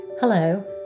Hello